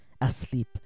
asleep